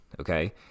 okay